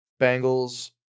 Bengals